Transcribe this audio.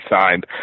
signed